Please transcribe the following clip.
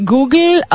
Google